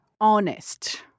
honest